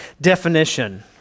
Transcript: definition